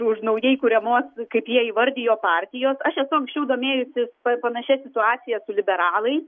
už naujai kuriamos kaip jie įvardijo partijos aš esu anksčiau domėjusis panašia situacija su liberalais